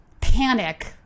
panic